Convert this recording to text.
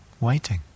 waiting